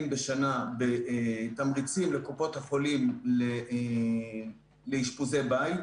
בשנה לתמריצים לקופות החולים לאשפוזי בית.